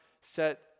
set